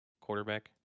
quarterback